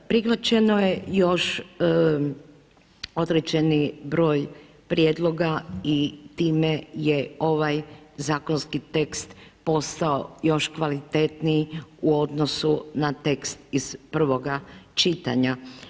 Prihvaćeno je još određeni broj prijedloga i time je ovaj zakonski tekst postao još kvalitetniji u odnosu na tekst iz prvoga čitanja.